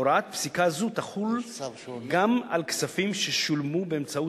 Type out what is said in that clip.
הוראת פסקה זו תחול גם על כספים ששולמו באמצעות